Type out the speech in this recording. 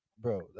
Bro